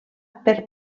per